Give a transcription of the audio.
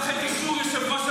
למה להגיד משהו לא נכון?